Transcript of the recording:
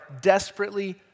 desperately